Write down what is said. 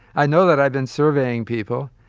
i know that. i've been surveying people.